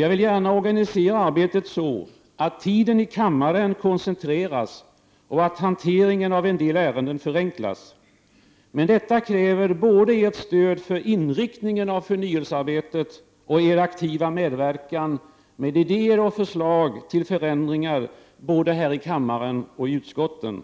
Jag vill gärna organisera arbetet så att tiden i kammaren koncentreras och att hanteringen av en del ärenden förenklas. Men detta kräver både ert stöd för inriktningen av förnyelsearbetet och er aktiva medverkan med idéer och förslag till förändringar både här i kammaren och i utskotten.